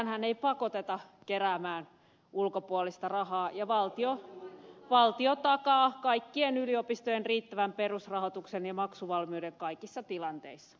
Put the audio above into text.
ketäänhän ei pakoteta keräämään ulkopuolista rahaa ja valtio takaa kaikkien yliopistojen riittävän perusrahoituksen ja maksuvalmiuden kaikissa tilanteissa